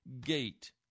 gate